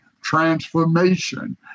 transformation